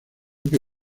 que